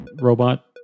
robot